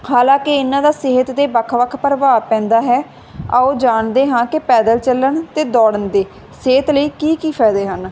ਹਾਲਾਂਕਿ ਇਹਨਾਂ ਦਾ ਸਿਹਤ 'ਤੇ ਵੱਖ ਵੱਖ ਪ੍ਰਭਾਵ ਪੈਂਦਾ ਹੈ ਆਓ ਜਾਣਦੇ ਹਾਂ ਕਿ ਪੈਦਲ ਚੱਲਣ ਅਤੇ ਦੌੜਨ ਦੀ ਸਿਹਤ ਲਈ ਕੀ ਕੀ ਫਾਇਦੇ ਹਨ